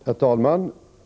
Herr talman!